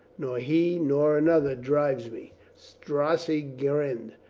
nor he nor another drives me. strozzi grinned.